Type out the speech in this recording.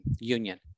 Union